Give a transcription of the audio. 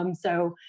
um so,